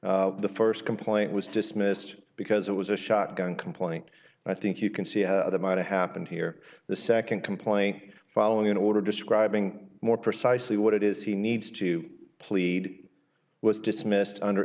court the st complaint was dismissed because it was a shotgun complaint and i think you can see how that might have happened here the nd complaint following an order describing more precisely what it is he needs to plead was dismissed under